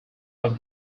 have